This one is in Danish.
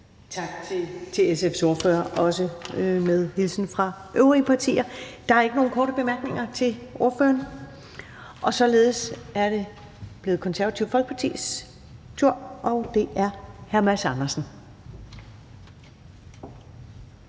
Tak til SF's ordfører, også med hilsen fra øvrige partier. Der er ikke nogen korte bemærkninger til ordføreren, og således er det blevet Det Konservative Folkepartis tur, og det er hr. Mads Andersen.